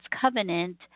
Covenant